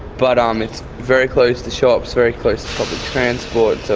but um it's very close to shops, very close, so